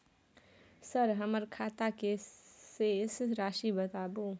Sir हमर खाता के शेस राशि बताउ?